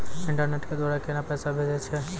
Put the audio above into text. Internet के द्वारा केना पैसा भेजय छै?